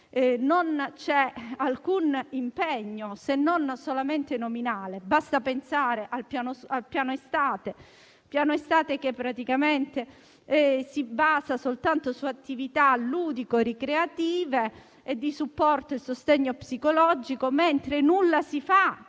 non c'è alcun impegno, se non solamente nominale. Basta pensare al piano estate, che si basa soltanto su attività ludico-ricreative e di supporto e sostegno psicologico, mentre nulla si fa